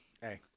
hey